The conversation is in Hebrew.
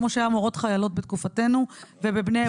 כמו שהיו מורות חיילות בתקופתנו ובבני,